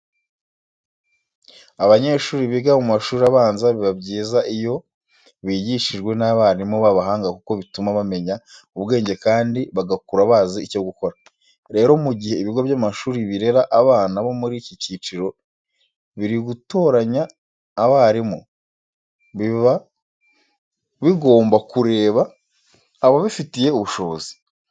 Abanyeshuri biga mu mashuri abanza biba byiza iyo bigishijwe n'abarimu b'abahanga kuko bituma bamenya ubwenge kandi bagakura bazi icyo gukora. Rero mu gihe ibigo by'amashuri birera abana bo muri iki cyiciro biri gutoranya abarimu, biba bigomba kureba ababifitiye ubushobozi.